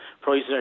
prices